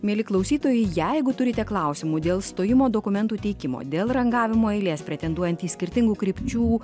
mieli klausytojai jeigu turite klausimų dėl stojimo dokumentų teikimo dėl rangavimo eilės pretenduojant į skirtingų krypčių